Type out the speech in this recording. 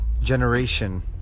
generation